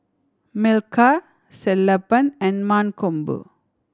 Milkha Sellapan and Mankombu